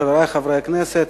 חברי חברי הכנסת,